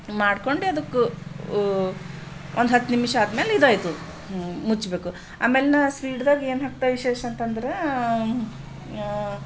ಮಾಡ್ಕೊಂಡು ಅದಕ್ಕೆ ಒಂದು ಹತ್ತು ನಿಮಿಷ ಆದಮೇಲೆ ಇದಾಯ್ತು ಮುಚ್ಚಬೇಕು ಆಮೇಲೆ ನಾ ಸ್ವೀಟ್ದಾಗ ಏನು ಹಾಕ್ತೆ ವಿಶೇಷ ಅಂತಂದ್ರೆ